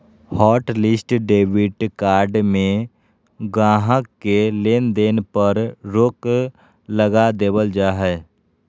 hotlist debit card में गाहक़ के लेन देन पर रोक लगा देबल जा हय